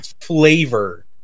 flavor